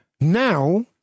Now